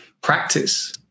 practice